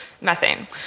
methane